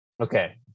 Okay